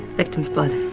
victim's blood,